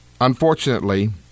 unfortunately